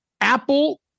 Apple